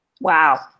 Wow